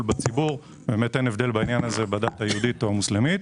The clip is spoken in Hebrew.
בציבור ואין הבדל בעניין הזה בדת היהודית או המוסלמית.